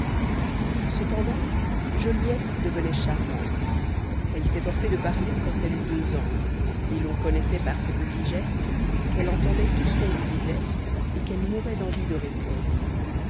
cependant joliette devenait charmante elle s'efforçait de parler quand elle eut deux ans et l'on connaissait par ses petits gestes qu'elle entendait tout ce qu'on lui disait et qu'elle mourait d'envie de répondre